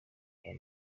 aya